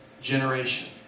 generation